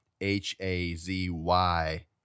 H-A-Z-Y